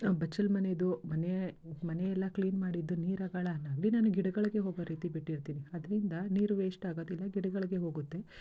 ಬಚ್ಚಲು ಮನೇದು ಮನೆ ಮನೆಯೆಲ್ಲ ಕ್ಲೀನ್ ಮಾಡಿದ ನೀರಗಳನ್ನಾಗಲಿ ನಾನು ಗಿಡಗಳಿಗೆ ಹೋಗೊ ರೀತಿ ಬಿಟ್ಟಿರ್ತೀನಿ ಅದರಿಂದ ನೀರು ವೇಸ್ಟ್ ಆಗೋದಿಲ್ಲ ಗಿಡಗಳಿಗೆ ಹೋಗುತ್ತೆ